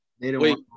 Wait